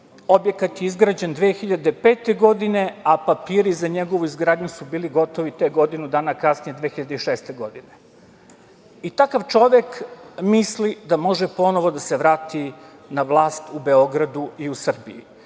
objekat je izgrađen 2005. godine, a papiri za njegovu izgradnju su bili gotovi tek godinu dana kasnije, 2006. godine. Takav čovek misli da može ponovo da se vrati na vlast u Beogradu i u Srbiji.Sećam